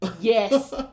Yes